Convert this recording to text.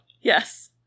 Yes